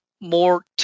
more